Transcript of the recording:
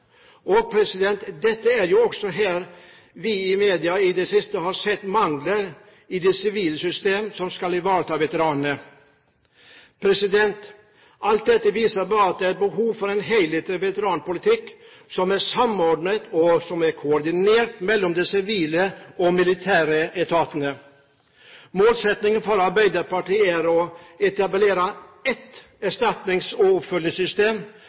er jo også her vi i media i det siste har sett mangler i det sivile systemet som skal ivareta veteranene. Alt dette viser bare at det er behov for en helhetlig veteranpolitikk som er samordnet, og som er koordinert mellom de sivile og de militære etatene. Målsettingen for Arbeiderpartiet er å etablere ett erstatnings- og oppfølgingssystem